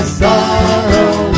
sorrow